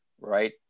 right